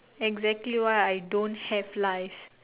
exactly why I don't have life